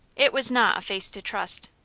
it was not a face to trust.